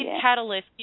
catalyst